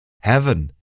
heaven